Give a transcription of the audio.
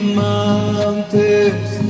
mountains